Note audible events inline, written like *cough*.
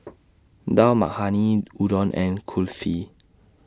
Dal Makhani Udon and Kulfi *noise*